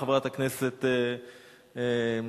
חברת הכנסת אורלי,